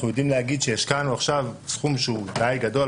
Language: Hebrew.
אנחנו יודעים להגיד שהשקענו עכשיו סכום שהוא די גדול.